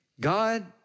God